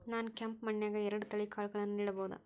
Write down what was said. ನಾನ್ ಕೆಂಪ್ ಮಣ್ಣನ್ಯಾಗ್ ಎರಡ್ ತಳಿ ಕಾಳ್ಗಳನ್ನು ನೆಡಬೋದ?